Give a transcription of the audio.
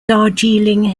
darjeeling